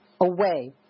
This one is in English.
away